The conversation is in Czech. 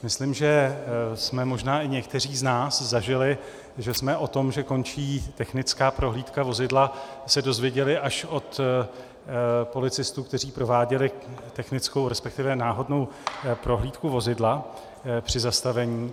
Myslím, že jsme možná i někteří z nás zažili, že jsme se o tom, že končí technická prohlídka vozidla, dozvěděli až od policistů, kteří prováděli technickou, resp. náhodnou prohlídku vozidla při zastavení.